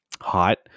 hot